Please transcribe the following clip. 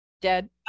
dead